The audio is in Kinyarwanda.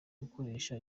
gukoresha